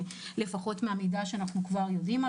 לפחות מהמידע שאנחנו יודעים.